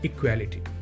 Equality